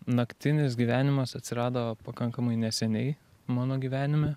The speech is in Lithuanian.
naktinis gyvenimas atsirado pakankamai neseniai mano gyvenime